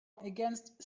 against